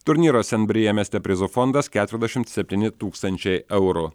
turnyro sembrije mieste prizo fondas keturiasdešimt septyni tūkstančiai eurų